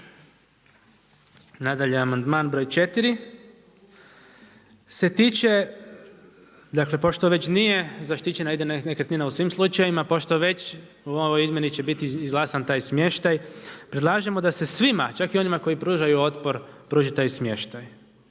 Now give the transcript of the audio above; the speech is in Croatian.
Nadalje, amandman br. 4 se tiče, dakle pošto već nije zaštićena jedina nekretnina u svim slučajevima, pošto već u ovoj izmjeni će biti izglasan taj smještaj, predlažemo da se svima čak i onima koji pružaju otpor pruži taj smještaj.